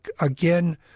again